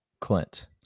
Clint